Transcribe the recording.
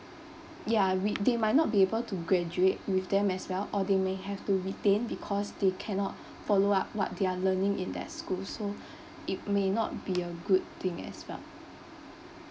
ya with they might not be able to graduate with them as well or they may have to retain because they cannot follow up what they're learning in that school so it may not be a good thing as well